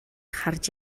харж